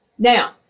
Now